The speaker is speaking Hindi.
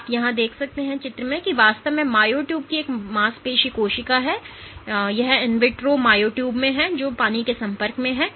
आप यहां जो देख रहे हैं वह वास्तव में मायो ट्यूब की एक मांसपेशी कोशिका है यह इन विट्रो मायोट्यूब में है जो पानी के संपर्क में है